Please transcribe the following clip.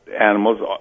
animals